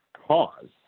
cause